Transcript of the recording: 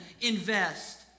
invest